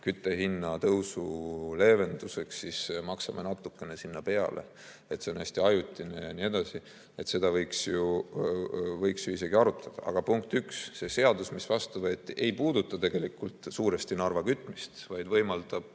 küttehinna tõusu leevenduseks maksame natukene sinna peale, see on hästi ajutine ja nii edasi, seda võiks ju isegi arutada. Aga punkt üks, see seadus, mis vastu võeti, ei puuduta tegelikult suuresti Narva kütmist, vaid võimaldab